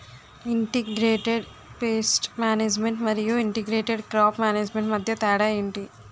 integrated pest management మరియు integrated crop management మధ్య తేడా ఏంటి